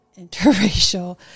interracial